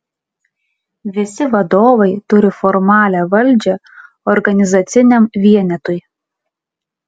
visi vadovai turi formalią valdžią organizaciniam vienetui